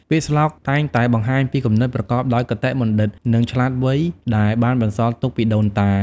ពាក្យស្លោកតែងតែបង្ហាញពីគំនិតប្រកបដោយគតិបណ្ឌិត និងឆ្លាតវៃដែលបានបន្សល់ទុកពីដូនតា។